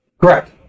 Correct